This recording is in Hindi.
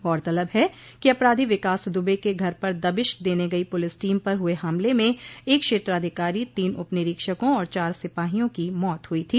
गौरतलब है कि अपराधी विकास दुबे के घर पर दबिश देने गई पुलिस टीम पर हुए हमले में एक क्षेत्राधिकारी तीन उपनिरीक्षकों और चार सिपाहियों की मौत हुई थी